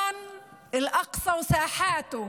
(אומרת דברים בשפה הערבית,